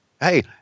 Hey